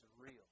real